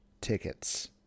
tickets